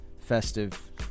festive